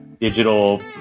digital